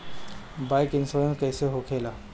Bike insurance कैसे होखे ला?